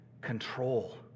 control